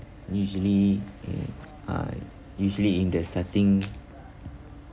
usually in I usually in the starting